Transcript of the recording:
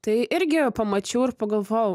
tai irgi pamačiau ir pagalvojau